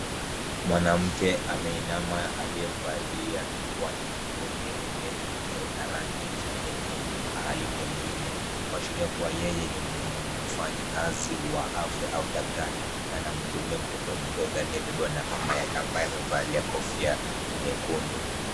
Mwanamke ameinama aliyevalia miwani na nguo nyeupe iliyo na rangi nyekundu pahali pengine kuashiria kuwa yeye ni mfanyikazi wa afya au daktari na anamhudumia mtoto mdogo aliyebebwa na mamake ambaye amevalia kofia nyekundu.